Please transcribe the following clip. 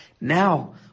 now